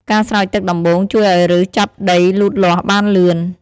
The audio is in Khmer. ការស្រោចទឹកដំបូងជួយឲ្យឫសចាប់ដីលូតលាស់បានលឿន។